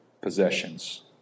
possessions